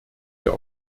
der